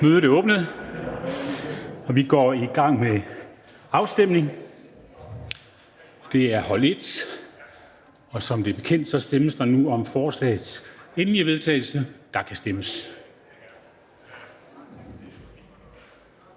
Mødet er genoptaget. Vi går i gang med afstemningen. Det er hold 1, og som bekendt stemmes der nu om beslutningsforslagets endelige vedtagelse. Der kan stemmes.